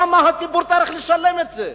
למה הציבור צריך לשלם על זה?